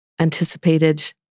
anticipated